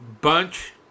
bunch